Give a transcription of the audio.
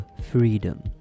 freedom